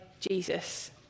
Jesus